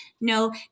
No